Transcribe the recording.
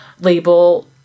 label